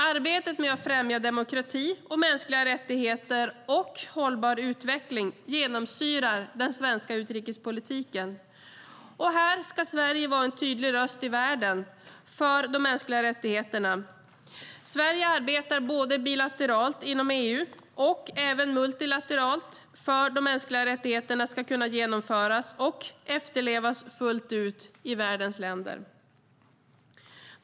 Arbetet med att främja demokrati, mänskliga rättigheter och hållbar utveckling genomsyrar den svenska utrikespolitiken. Sverige ska vara en tydlig röst i världen för de mänskliga rättigheterna. Sverige arbetar bilateralt, inom EU och även multilateralt för att de mänskliga rättigheterna ska kunna genomföras och efterlevas fullt ut i världens länder.